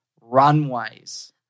runways